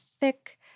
thick